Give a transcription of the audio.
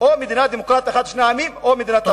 או מדינה דמוקרטית אחת לשני העמים או מדינת אפרטהייד.